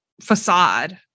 facade